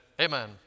Amen